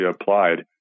applied